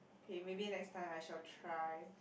k maybe next time I shall try